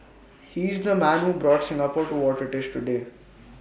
he is the man who brought Singapore to what IT is today